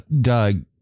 Doug